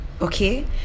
Okay